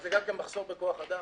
זה גם כן מחסור בכוח אדם.